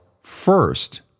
first